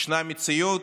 ישנה מציאות,